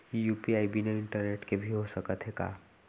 UPI बिना internet के भी हो सकत हे का?